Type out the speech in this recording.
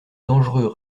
dangereux